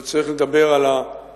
אבל צריך לדבר על היסוד,